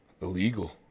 illegal